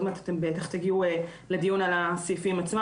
עוד מעט תגיעו לדיון על הסעיפים עצמם